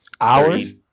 hours